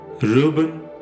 Reuben